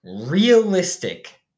realistic